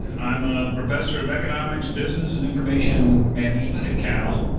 i'm a professor of economics, business, and information management at cal.